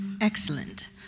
Excellent